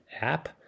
app